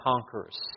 conquerors